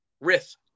riff